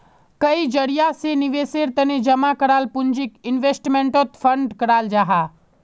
कई जरिया से निवेशेर तने जमा कराल पूंजीक इन्वेस्टमेंट फण्ड कहाल जाहां